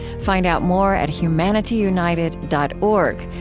find out more at humanityunited dot org,